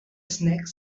snack